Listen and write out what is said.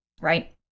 right